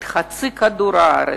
את חצי כדור הארץ,